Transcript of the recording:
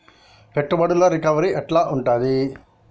పెట్టుబడుల రికవరీ ఎట్ల ఉంటది?